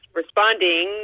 responding